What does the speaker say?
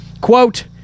Quote